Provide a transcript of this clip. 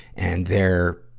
and they're,